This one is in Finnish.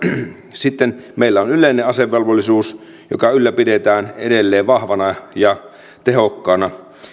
sitten meillä on yleinen asevelvollisuus joka ylläpidetään edelleen vahvana ja tehokkaana